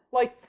like,